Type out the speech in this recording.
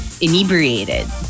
inebriated